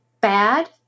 bad